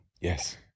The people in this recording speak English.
Yes